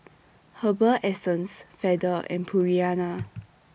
Herbal Essences Feather and Purina